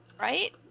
Right